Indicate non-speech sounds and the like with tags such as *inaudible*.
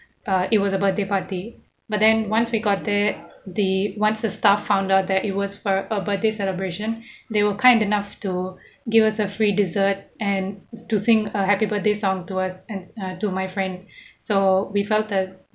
uh it was a birthday party but then once we got there the once the staff found out that it was for a birthday celebration *breath* they were kind enough to give us a free dessert and to sing a happy birthday song to us as uh to my friend *breath* so we felt that